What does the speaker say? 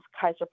Kaiser